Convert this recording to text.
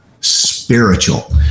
spiritual